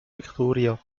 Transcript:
victoria